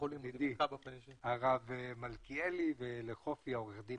ידידי הרב מלכיאלי ולחופי העורך-דין